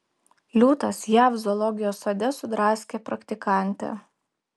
liūtas jav zoologijos sode sudraskė praktikantę